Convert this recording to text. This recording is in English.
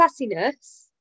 sassiness